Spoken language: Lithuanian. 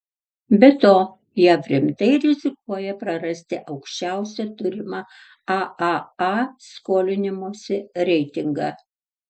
be to jav rimtai rizikuoja prarasti aukščiausią turimą aaa skolinimosi reitingą